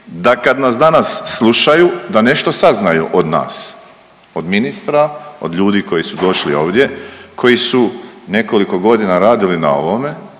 da kad nas danas slušaju da nešto saznaju od nas, od ministra, od ljudi koji su došli ovdje, koji su nekoliko godina radili na ovome,